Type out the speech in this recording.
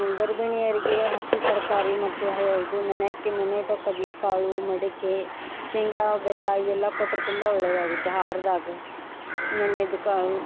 ಗರ್ಭಿಣಿಯರಿಗೆ ಹಸಿ ತರಕಾರಿ ಮತ್ತು ಹ ಇದು ನೆನೆಯೋಕ್ಕೆ ನೆನೆದ ಕಡಲೆಕಾಳು ಮಡಿಕೆ ಶೇಂಗಾ ಬೆಲ್ಲ ಇವೆಲ್ಲ ಕೊಟ್ರೆ ತುಂಬ ಒಳ್ಳೆಯದಾಗುತ್ತೆ ಆಹಾರದಾಗ ನೆನೆದ ಕಾಳು